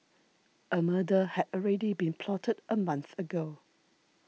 a murder had already been plotted a month ago